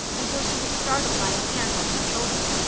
until she was startled by a hand on her shoulder.